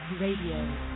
Radio